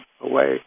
away